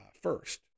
first